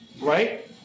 right